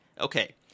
Okay